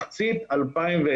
מחצית 2020